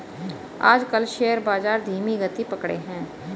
आजकल शेयर बाजार धीमी गति पकड़े हैं